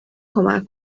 کمک